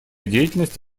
деятельность